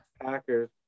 Packers